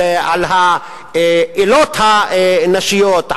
על האלות הנשיות,